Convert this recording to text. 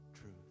truth